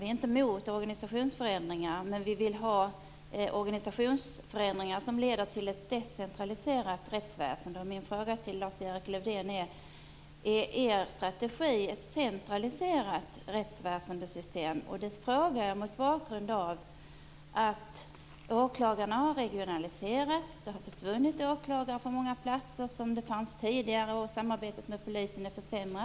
Vi är inte emot sådana, men vi vill ha organisationsförändringar som leder till ett decentraliserat rättsväsende. Min fråga till Lars-Erik Lövdén är om er strategi går ut på ett centraliserat system för rättsväsendet. Jag ställer denna fråga mot bakgrund av att åklagarna avregionaliseras. Åklagarna har försvunnit från många platser där de tidigare fanns, och samarbetet med polisen är försämrat.